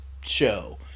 show